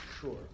Sure